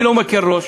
אני לא מקל ראש.